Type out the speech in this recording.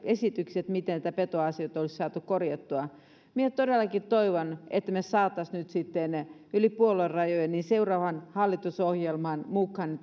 esityksiä siitä miten näitä petoasioita olisi saatu korjattua minä todellakin toivon että me saisimme nyt yli puoluerajojen seuraavaan hallitusohjelmaan mukaan